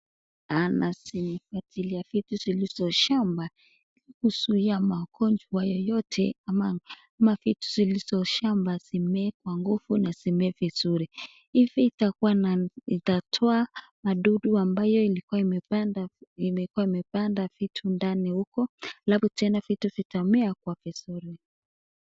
Anazifuatilia vitu zilizo shamba ili kuzuia magonjwa yoyote ama vitu zilizo shamba zimee kwa nguvu na zimee vizuri. Hivi itatoa madudu ambaye ilikua imepanda vitu ndani uko alafu pia vitu pia vitamea kwa vizuri.